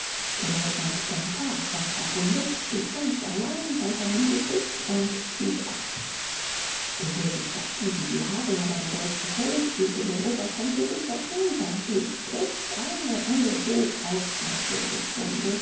der leutnant semper schon verwundet steht ganz allein bei seinem geschütz und zieht ab die wilden zerstieben wie hagel aber der deutsche held wird in den oberschenkel geschossen sein blut spritzt eine elle hoch aus der todeswunde